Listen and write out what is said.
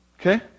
Okay